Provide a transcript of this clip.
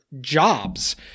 jobs